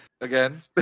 again